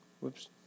Whoops